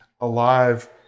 alive